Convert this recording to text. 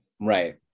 Right